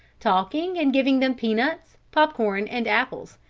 talking and giving them peanuts, pop-corn and apples.